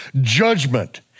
Judgment